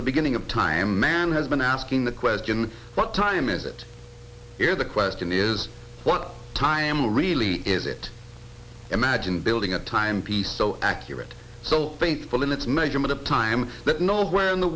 the beginning of time man has been asking the question what time is it here the question is what time really is it imagine building a time piece so accurate so faithful in its measurement of time that nowhere in the